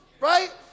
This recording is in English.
right